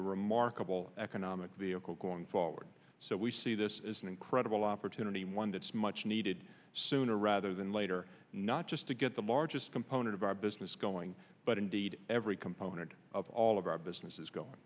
a remarkable economic vehicle going forward so we see this is an incredible opportunity one that's much needed sooner rather than later not just to get the largest component of our business going but indeed every component of all of our business is going